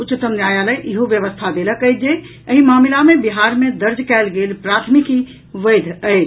उच्चतम न्यायालय ईहो व्यवस्था देलक अछि जे एहि मामिला मे बिहार मे दर्ज कयल गेल प्राथमिकी वैध अछि